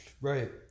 Right